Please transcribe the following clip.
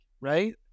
right